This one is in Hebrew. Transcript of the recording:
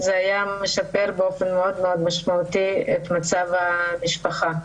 זה היה משפר באופן מאוד מאוד משמעותי את מצב המשפחה.